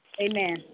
Amen